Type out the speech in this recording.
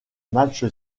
match